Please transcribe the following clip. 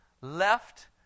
left